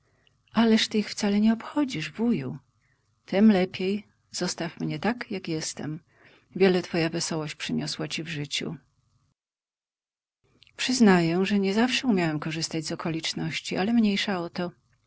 ależ ty ich wcale nie obchodzisz wuju tem lepiej zostaw mnie tak jak jestem wiele twoja wesołość przyniosła ci w życiu przyznaję że niezawsze umiałem korzystać z okoliczności ale mniejsza o to